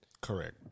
Correct